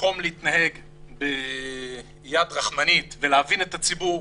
במקום להתנהג ביד רחמנית ולהבין את הציבור,